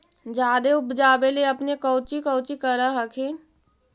जादे उपजाबे ले अपने कौची कौची कर हखिन?